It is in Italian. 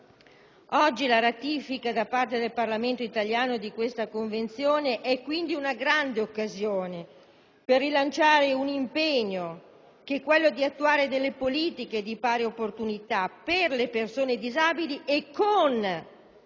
Oggi, la ratifica da parte del Parlamento italiano di questa Convenzione è quindi una grande occasione per rilanciare un impegno, che è quello di attuare politiche di pari opportunità per le persone disabili e con